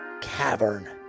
cavern